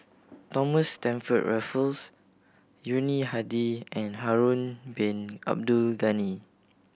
Thomas Stamford Raffles Yuni Hadi and Harun Bin Abdul Ghani